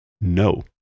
No